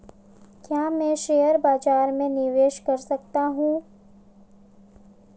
क्या मैं शेयर बाज़ार में निवेश कर सकता हूँ?